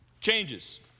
changes